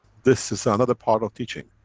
this is ah another part of teaching.